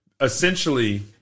essentially